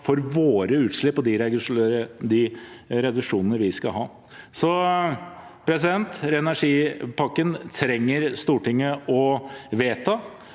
for våre utslipp og de reduksjonene vi skal ha. Ren energi-pakken trenger Stortinget å vedta,